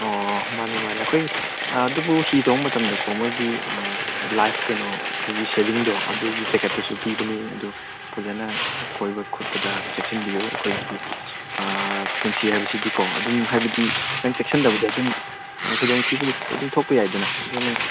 ꯑꯣ ꯃꯥꯅꯤ ꯃꯥꯅꯤ ꯑꯩꯈꯣꯏ ꯑꯗꯨꯕꯨ ꯍꯤ ꯇꯣꯡꯕ ꯃꯇꯝꯗꯀꯣ ꯃꯣꯏꯒꯤ ꯀꯩꯕ ꯂꯥꯏꯐ ꯀꯩꯅꯣ ꯑꯩꯈꯣꯏꯒꯤ ꯁꯦꯚꯤꯡꯗꯣ ꯑꯗꯨꯒꯤ ꯖꯦꯀꯦꯠꯇꯨꯁꯨ ꯄꯤꯕꯅꯤ ꯑꯗꯨ ꯐꯖꯅ ꯀꯣꯏꯕ ꯈꯣꯠꯄꯗ ꯆꯦꯛꯁꯟꯕꯤꯌꯨ ꯑꯩꯈꯣꯏꯒꯤ ꯄꯨꯟꯁꯤ ꯍꯥꯏꯕꯁꯤꯗꯤꯀꯣ ꯑꯗꯨꯝ ꯍꯥꯏꯕꯗꯤ ꯈꯤꯇꯪ ꯆꯦꯛꯁꯤꯟꯗꯕꯗ ꯑꯗꯨꯝ ꯈꯨꯗꯣꯡ ꯊꯤꯕ ꯑꯗꯨꯝ ꯊꯣꯛꯄ ꯌꯥꯏꯗꯅ ꯑꯗꯨꯅ